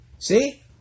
See